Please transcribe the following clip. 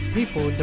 people